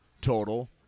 total